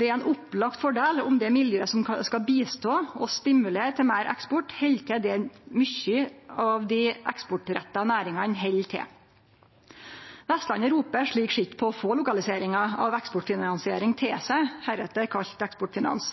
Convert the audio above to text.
Det er ein opplagd fordel om det miljøet som skal hjelpe og stimulere til meir eksport, held til der mange av dei eksportretta næringane held til. Vestlandet ropar slik sett på å få lokaliseringa av Eksportfinansiering til seg, frå no av kalla Eksportfinans.